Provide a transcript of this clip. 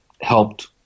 helped